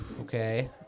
Okay